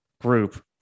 group